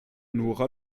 nora